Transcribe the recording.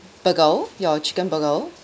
burger your chicken burger